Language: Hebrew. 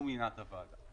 הוא מינה את הוועדה.